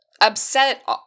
upset